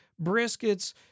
briskets